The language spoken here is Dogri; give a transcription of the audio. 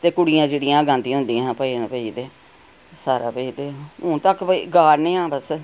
ते कुड़ियां चिड़ियां गै गांदियां हुंदियां हियां भजन ते हून तक भई गा'रने आं अस